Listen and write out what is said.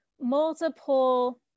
multiple